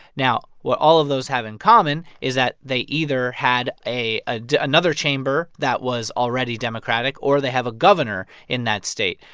now, what all of those have in common is that they either had ah another chamber that was already democratic, or they have a governor in that state.